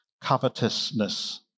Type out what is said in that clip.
covetousness